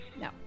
no